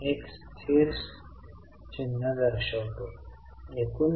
तर मला बीटी म्हणून चिन्हांकित केले आहे जे 29300 आहे